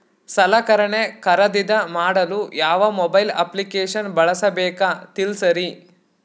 ಸಲಕರಣೆ ಖರದಿದ ಮಾಡಲು ಯಾವ ಮೊಬೈಲ್ ಅಪ್ಲಿಕೇಶನ್ ಬಳಸಬೇಕ ತಿಲ್ಸರಿ?